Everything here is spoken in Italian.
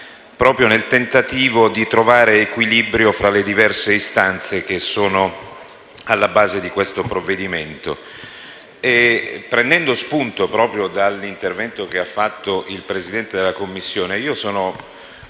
proprio nel tentativo di trovare equilibrio tra le diverse istanze che sono alla base di questo provvedimento. Prendendo spunto proprio dall'intervento del Presidente della Commissione giustizia,